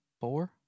Four